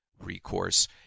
recourse